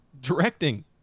Directing